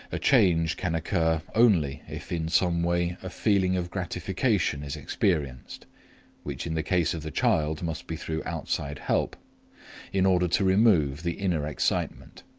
a change can occur only if in some way a feeling of gratification is experienced which in the case of the child must be through outside help in order to remove the inner excitement.